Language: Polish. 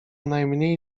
najmniej